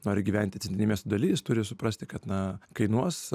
nori gyventi centinėj miesto daly jis turi suprasti kad na kainuos